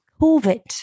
COVID